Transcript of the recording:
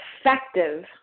effective